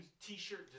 t-shirt